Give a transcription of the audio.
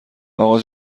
اقا